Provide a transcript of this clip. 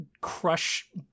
crush